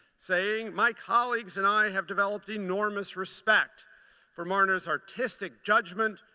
saying, my colleagues and i have developed enormous respect for marna's artistic judgement,